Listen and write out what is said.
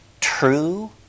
true